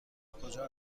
کجا